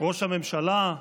ראש הממשלה?